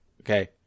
Okay